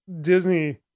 Disney